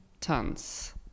tons